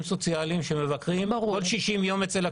סוציאליים שמבקרים כל 60 יום אצל הקשישים.